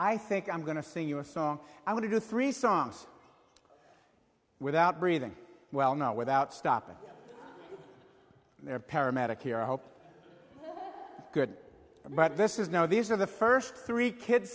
i think i'm going to sing you a song i want to do three songs without breathing well not without stopping their paramedic here i hope good but this is no these are the first three kids